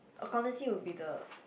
accountancy will be the